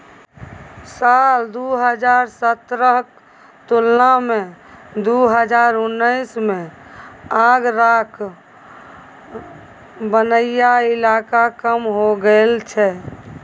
साल दु हजार सतरहक तुलना मे दु हजार उन्नैस मे आगराक बनैया इलाका कम हो गेल छै